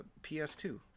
ps2